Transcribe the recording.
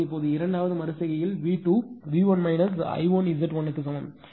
எனவே இப்போது இரண்டாவது மறு செய்கையில் V2 V1 I1Z1 க்கு சமம்